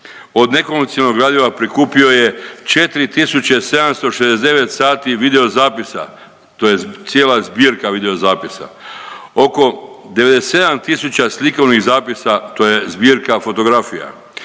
Od nekomercijalnog gradiva prikupio je 4769 sati video zapisa to je cijela zbirka video zapisa, oko 97 tisuća slikovnih zapisa to je zbirka fotografija,